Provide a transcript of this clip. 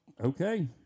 Okay